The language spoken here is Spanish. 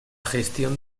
gestión